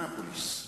אנאפוליס,